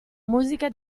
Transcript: musica